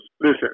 listen